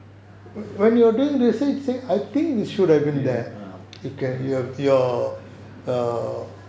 ah